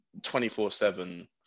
24-7